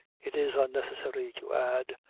it is unnecessary to add,